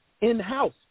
in-house